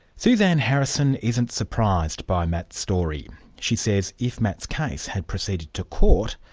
suzanne harrison isn't surprised by matt's story. she says if matt's case had proceeded to court,